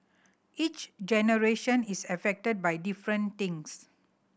each generation is affected by different things